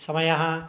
समयः